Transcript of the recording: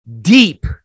deep